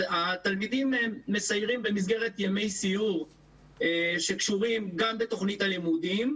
התלמידים מסיירים במסגרת ימי סיור שקשורים גם בתוכנית הלימודים,